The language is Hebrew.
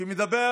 שמדבר